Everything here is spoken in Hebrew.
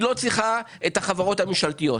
היא לא צריכה את החברות הממשלתיות.